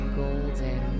golden